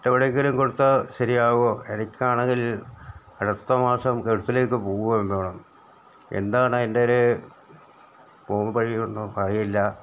എവിടെയെങ്കിലും കൊടുത്താൽ ശരിയാകുമോ എനിക്കാണെങ്കിൽ അടുത്ത മാസം ഗൾഫിലേക്ക് പോവേണ്ടതാണ് എന്താണ് അതിൻ്റെ ഒരു പോംവഴി എന്ന് അറിയില്ല